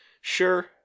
sure